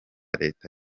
leta